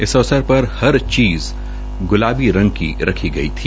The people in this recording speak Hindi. इस अवसर पर हर चीज गुलाबी रंग की रखी गई थी